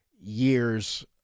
years